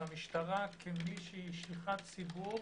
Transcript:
והמשטרה כשליחת ציבור